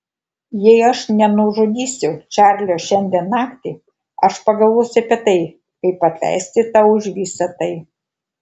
jei aš nenužudysiu čarlio šiandien naktį aš pagalvosiu apie tai kaip atleisti tau už visą tai